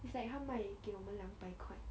it's like 他卖给我们两百块